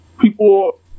People